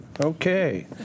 Okay